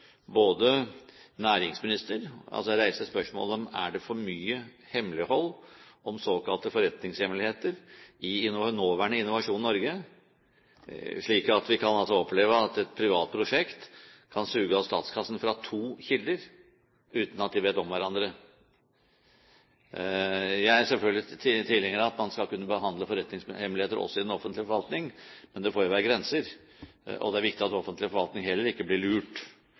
reiser spørsmålet: Er det for mye hemmelighold om såkalte forretningshemmeligheter i nåværende Innovasjon Norge, slik at vi kan oppleve at et privat prosjekt kan suge av statskassen fra to kilder uten at de vet om hverandre? Jeg er selvfølgelig tilhenger av at man skal kunne behandle forretningshemmeligheter også i den offentlige forvaltning, men det får være grenser, og det er viktig at den offentlige forvaltningen heller ikke blir lurt.